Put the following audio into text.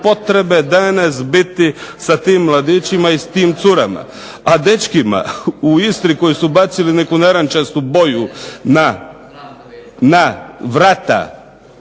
potrebe danas biti sa tim mladićima i s tim curama. A dečkima u Istri koji su bacili neku narančastu boju na vrata